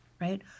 right